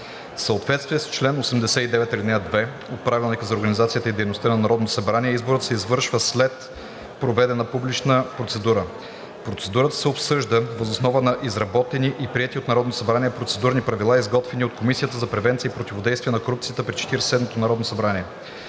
съответствие с чл. 89, ал. 2 от Правилника за организацията и дейността на Народното събрание изборът се извършва след проведена публична процедура. Процедурата се провежда въз основа на изработени и приети от Народното събрание процедурни правила, изготвени от Комисията за превенция и противодействие на корупцията при Четиридесет